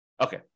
Okay